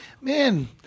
Man